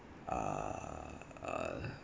err uh